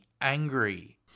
angry